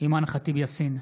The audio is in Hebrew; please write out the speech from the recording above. אימאן ח'טיב יאסין,